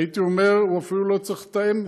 הייתי אומר, הוא אפילו לא צריך לתאם,